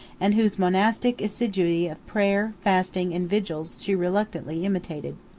and whose monastic assiduity of prayer, fasting, and vigils, she reluctantly imitated.